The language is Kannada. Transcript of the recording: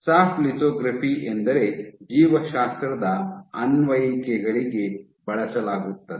ಸಾಫ್ಟ್ ಲಿಥೊಗ್ರಫಿ ಎಂದರೆ ಜೀವಶಾಸ್ತ್ರದ ಅನ್ವಯಿಕೆಗಳಿಗೆ ಬಳಸಲಾಗುತ್ತದೆ